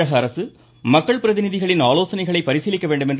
தமிழக அரசு மக்கள் பிரதிநிதிகளின் ஆலோசனைகளை பரிசீலிக்க வேண்டும் என